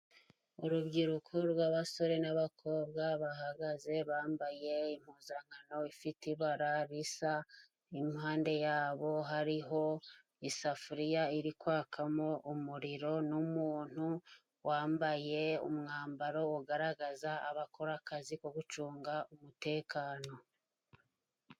Urubyiruko rw'abasore n'abakobwa bahagaze bambaye impuzankano ifite ibara risa nk'impande yabo, hari isafuriya iri kwakamo umuriro, n'umuntu wambaye umwambaro ugaragaza abakora akazi ko gucunga umutekano.